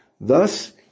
Thus